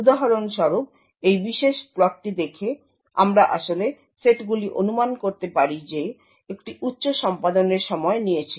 উদাহরণস্বরূপ এই বিশেষ প্লটটি দেখে আমরা আসলে সেটগুলি অনুমান করতে পারি যা একটি উচ্চ সম্পাদনের সময় নিয়েছিল